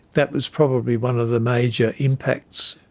that was probably one of the major impacts.